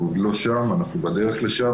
אנחנו עוד לא שם, אנחנו בדרך לשם.